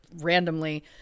randomly –